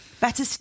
better